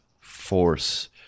force